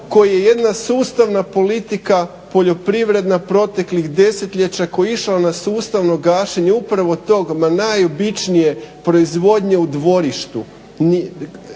koje jedna sustavna politika poljoprivredna proteklih desetljeća koji je išao na sustavno gašenje upravo tog ma najobičnije proizvodnje u dvorištu